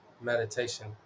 meditation